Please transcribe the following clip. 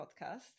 podcast